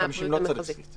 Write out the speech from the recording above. עד 250 לא צריך סקיצה.